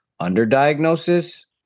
underdiagnosis